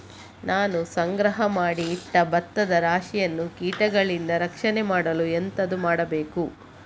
ನಾನು ಸಂಗ್ರಹ ಮಾಡಿ ಇಟ್ಟ ಭತ್ತದ ರಾಶಿಯನ್ನು ಕೀಟಗಳಿಂದ ರಕ್ಷಣೆ ಮಾಡಲು ಎಂತದು ಮಾಡಬೇಕು?